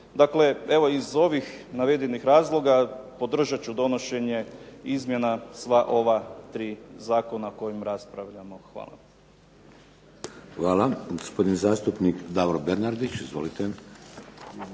Dakle, iz ovih navedenih razloga podržat ću donošenje izmjena sva ova tri Zakona o kojim raspravljamo. Hvala. **Šeks, Vladimir (HDZ)** Hvala. Gospodin zastupnik Davor Bernardić. Izvolite.